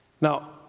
Now